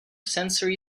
sensory